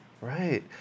right